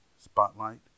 spotlight